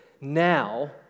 now